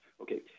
Okay